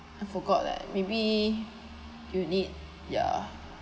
I forgot leh maybe you need ya